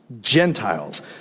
Gentiles